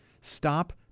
stop